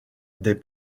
des